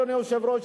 אדוני היושב-ראש,